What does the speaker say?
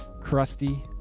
crusty